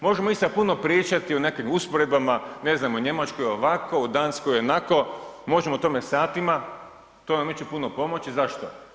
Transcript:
Možemo i sad puno pričati o nekim usporedbama, ne znam, u Njemačkoj je ovako, u Danskoj je onako, možemo o tome satima, to nam neće puno pomoći, zašto?